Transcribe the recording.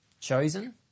Chosen